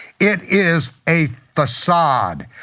it is a facade.